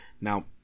Now